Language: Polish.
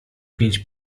pięć